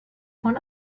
von